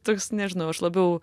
toks nežinau aš labiau